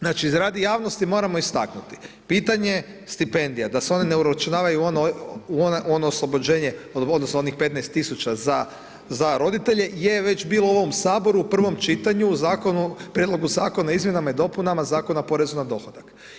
Znači radi javnosti moramo istaknuti pitanje stipendija da se one ne uračunavaju u ono oslobođenje od onih 15 tisuća za roditelje je već bilo u ovom Saboru u prvom čitanju u Prijedlogu zakona o izmjenama i dopunama Zakona o porezu na dohodak.